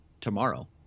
tomorrow